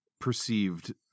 perceived